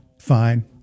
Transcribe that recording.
fine